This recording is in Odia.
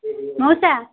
ମଉସା